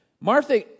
Martha